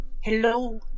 Hello